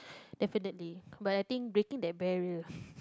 definitely but I think breaking that barrier